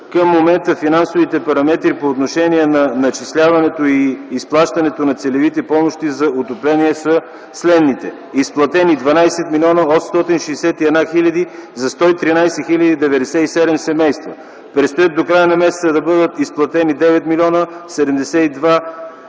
Към момента финансовите параметри по отношение на начисляването и изплащането на целевите помощи за отопление са следните: изплатени 12 млн. 861 хил. за 113 хил. 97 семейства – предстои до края на месеца да бъдат изплатени 9 млн.